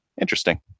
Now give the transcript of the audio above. interesting